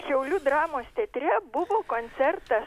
šiaulių dramos teatre buvo koncertas